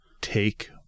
take